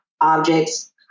objects